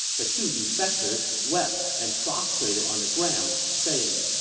the two defectors wept and prostrated on the ground, saying,